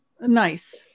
Nice